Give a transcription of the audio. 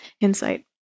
insight